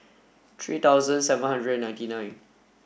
three thousand seven hundred ninety nine